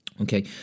okay